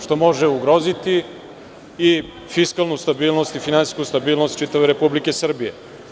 Što može ugroziti i fiskalnu stabilnost i finansijsku stabilnost čitave Republike Srbije.